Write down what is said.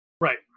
Right